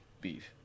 beef